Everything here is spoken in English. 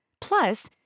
Plus